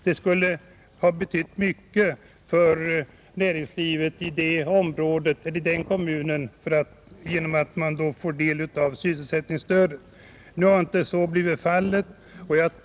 Det skulle ha betytt mycket för näringslivet i den kommunen genom att man finge del av sysselsättningsstödet. Detta har nu inte blivit fallet.